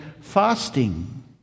fasting